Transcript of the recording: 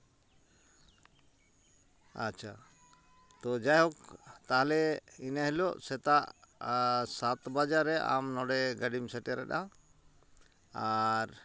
ᱟᱪᱪᱷᱟ ᱛᱚ ᱡᱟᱭᱦᱳᱠ ᱛᱟᱦᱞᱮ ᱤᱱᱟᱹ ᱦᱤᱞᱳᱜ ᱥᱮᱛᱟᱜ ᱥᱟᱛ ᱵᱟᱡᱮ ᱨᱮ ᱟᱢ ᱱᱚᱸᱰᱮ ᱜᱟᱹᱰᱤᱢ ᱥᱮᱴᱮᱨᱮᱫᱼᱟ ᱟᱨ